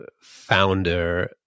founder